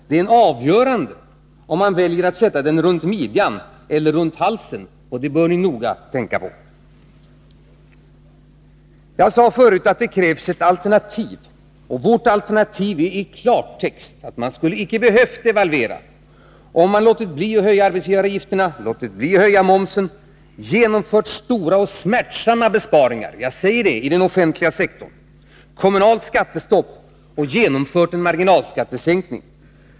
Det är avgörande om man väljer att sätta den runt midjan eller runt halsen. Det bör ni noga tänka på. Jag sade förut att det krävs ett alternativ, och vårt alternativ är i klartext att man icke skulle ha behövt devalvera, om man hade låtit bli att höja arbetsgivaravgifterna, låtit bli att höja momsen, genomfört — jag säger det — stora och smärtsamma besparingar i den offentliga sektorn, kommunalt skattestopp och en marginalskattesänkning.